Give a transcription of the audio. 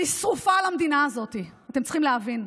אני שרופה על המדינה הזאת, אתם צריכים להבין.